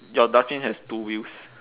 your dustbin has two wheels